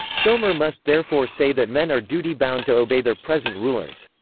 filmer must therefore say that men are duty-bound to obey their present rulers.